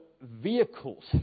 vehicles